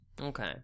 Okay